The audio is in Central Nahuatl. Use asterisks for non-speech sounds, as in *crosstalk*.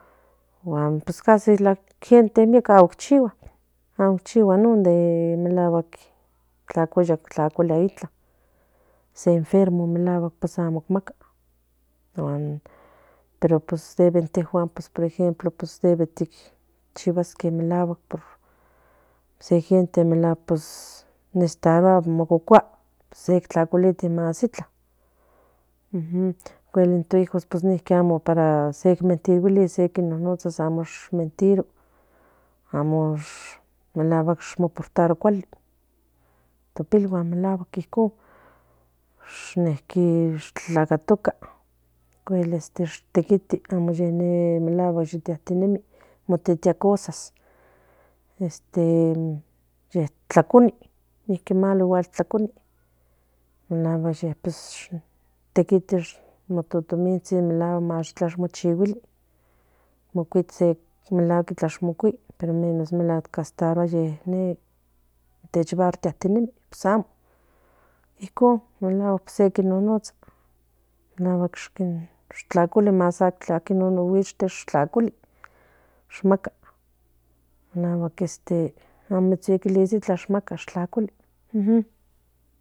Pues casi la gente amo chihua non de de melaguack tlacuali itla se enfermo pues amo maka guan pero pues intejia te chigasque se gente necesitaría mococua ujim pues nuestros hijos amo se metiriguis amo melacuatl no poturo cuali tlacatoca ocuel te quite amo te en natinemi mi tití cosas tlacuni tiquito malo tequiti mo totomistsi mowuite se algo pero amo ye se var yactinemi pues amo pues icon se ye nonotsa nagua ye tlaculiti maka tlaculiti uj *hesitation*